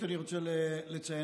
ראשית, אני רוצה לציין